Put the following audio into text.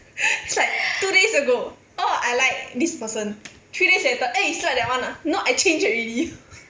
is like two days ago oh I like this person three days later eh you still like that one ah no I change already